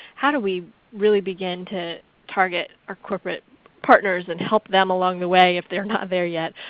how do we really begin to target our corporate partners and help them along the way if they're not there yet?